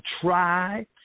try